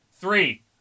Three